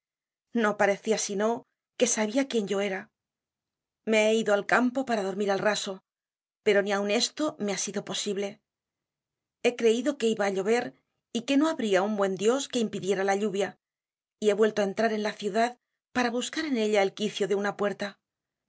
no parecia sino que sabia quien yo era me he ido al campo para dormir al raso pero ni aun esto me ha sido posible he creido que iba á llover y que no habria un buen dios que impidiera la lluvia y he vuelto á entrar en la ciudad para buscar en ella el quicio de una puerta